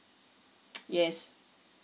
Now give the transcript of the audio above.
yes